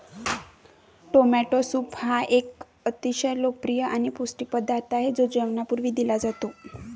tomato soup हा एक अतिशय लोकप्रिय आणि पौष्टिक पदार्थ आहे जो जेवणापूर्वी दिला जातो